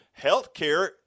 healthcare